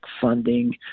funding